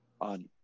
on